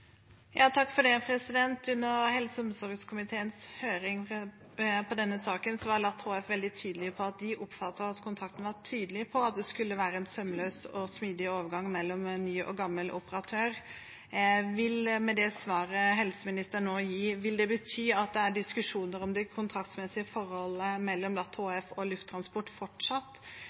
denne saken var Luftambulansetjenesten HF veldig tydelig på at de oppfattet at kontrakten var tydelig på at det skulle være en sømløs og smidig overgang mellom ny og gammel operatør. Med det svaret helseministeren nå gir, betyr det at det er diskusjoner om det kontraktsmessige forholdet mellom Luftambulansetjenesten HF og Lufttransport fortsatt?